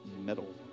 metal